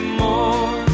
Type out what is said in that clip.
more